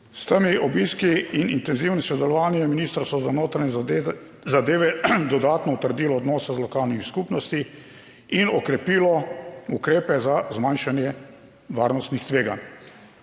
S temi obiski in intenzivnim sodelovanjem je Ministrstvo za notranje zadeve dodatno utrdilo odnose z lokalnimi skupnostmi in okrepilo ukrepe za zmanjšanje varnostnih tveganj.